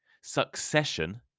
Succession